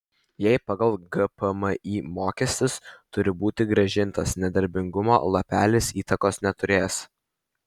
jei pagal gpmį mokestis turi būti grąžintas nedarbingumo lapelis įtakos neturės